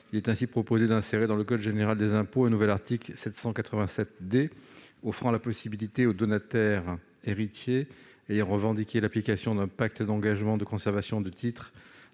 Il est ainsi proposé d'insérer dans le code général des impôts un nouvel article 787 D, offrant la possibilité aux donataires-héritiers ayant revendiqué l'application d'un pacte d'engagement de conservation de titres